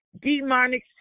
demonic